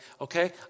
okay